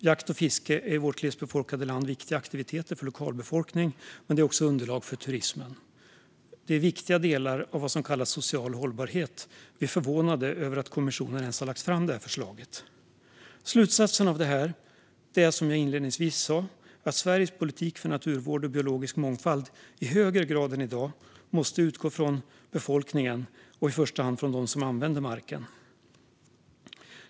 Jakt och fiske är i vårt glesbefolkade land viktiga aktiviteter för lokalbefolkningen, men de utgör också underlag för turismen. De är viktiga delar av det som kallas social hållbarhet. Vi är förvånade över att kommissionen ens har lagt fram detta förslag. Slutsatsen av det här är, som jag inledningsvis sa, att Sveriges politik för naturvård och biologisk mångfald i högre grad än i dag måste utgå från befolkningen och i första hand från dem som använder marken.